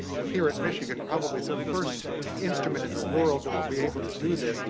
here at michigan, probably the first instrument in the world that will be able to do this.